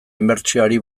inbertsioari